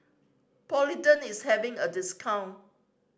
Polident is having a discount